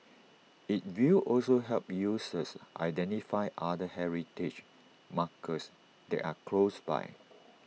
IT will also help users identify other heritage markers that are close by